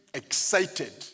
excited